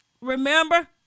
Remember